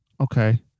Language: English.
Okay